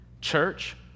church